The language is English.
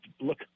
look